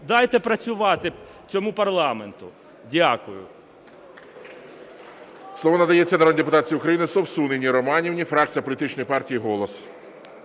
дайте працювати цьому парламенту. Дякую.